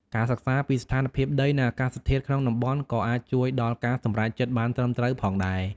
ការសិក្សាពីស្ថានភាពដីនិងអាកាសធាតុក្នុងតំបន់ក៏អាចជួយដល់ការសម្រេចចិត្តបានត្រឹមត្រូវផងដែរ។